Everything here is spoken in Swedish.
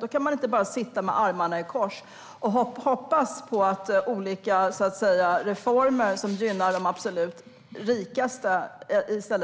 Då kan man inte bara sitta med armarna i kors och hoppas på att olika reformer som gynnar de absolut rikaste